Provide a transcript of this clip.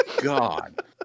God